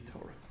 Torah